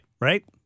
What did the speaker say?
Right